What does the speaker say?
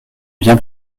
bien